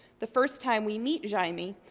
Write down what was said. the first time we meet jaime,